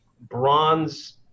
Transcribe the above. bronze